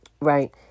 right